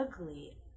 ugly